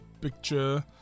picture